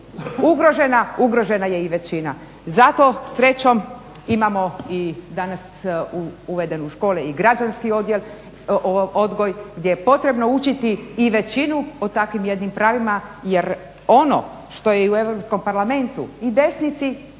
ugrožena je i većina. Zato srećom imamo i danas uvedene u škole i građanski odgoj gdje je potrebno učiti i većinu o takvim jednim pravima jer ono što je i u EU parlamentu i desnici,